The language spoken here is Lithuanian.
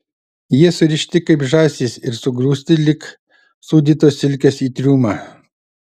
jie surišti kaip žąsys ir sugrūsti lyg sūdytos silkės į triumą